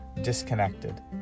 disconnected